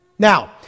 Now